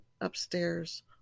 upstairs